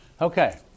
Okay